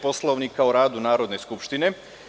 Poslovnika o radu Narodne skupštine.